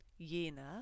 jener